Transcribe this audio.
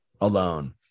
alone